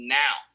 now